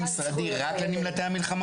בדיוק כמו שהמצב של החינוך,